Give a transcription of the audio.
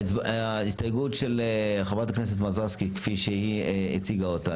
ההסתייגות של חברת הכנסת מזרסקי כפי שהיא הציגה אותה.